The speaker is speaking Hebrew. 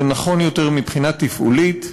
זה נכון יותר מבחינה תפעולית,